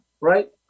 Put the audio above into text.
Right